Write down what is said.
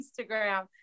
Instagram